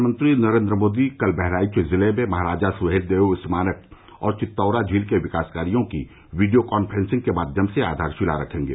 प्रधानमंत्री नरेन्द्र मोदी कल बहराइच जिले में महाराजा सुहेलदेव स्मारक और चित्तौरा झील के विकास कार्यो की वीडियो कॉन्फ्रेंसिंग के माध्यम से आधारशिला रखेंगे